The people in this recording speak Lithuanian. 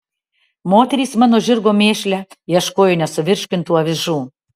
moterys mano žirgo mėšle ieškojo nesuvirškintų avižų